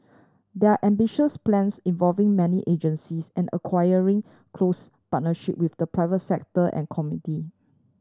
there are ambitious plans involving many agencies and requiring close partnership with the private sector and community